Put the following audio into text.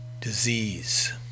disease